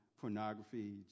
pornography